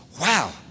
Wow